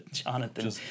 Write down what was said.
Jonathan